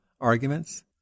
arguments